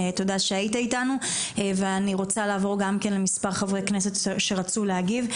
תודה שהיית איתנו ואני רוצה לעבור גם כן למס' חברי כנסת שרצו להגיב,